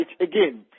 again